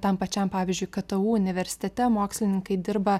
tam pačiam pavyzdžiui ktu universitete mokslininkai dirba